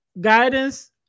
Guidance